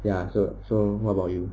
ya so so what about you